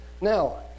Now